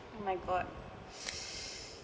oh my god